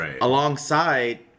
alongside